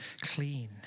clean